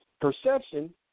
Perception